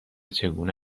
چگونه